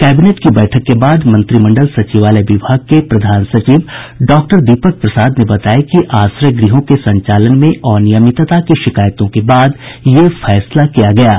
cabinet की बैठक के बाद मंत्रिमंडल सचिवालय विभाग के प्रधान सचिव डॉक्टर दीपक प्रसाद ने बताया कि आश्रय गृहों के संचालन में अनियमितता की शिकायतों के बाद यह फैसला किया गया है